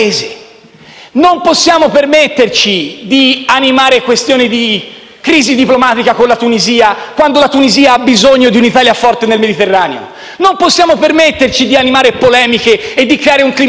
Non possiamo permetterci di animare questioni di crisi diplomatica con la Tunisia quando questa ha bisogno di un'Italia forte nel Mediterraneo; non possiamo permetterci di animare polemiche e di creare un clima incendiario.